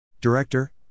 Director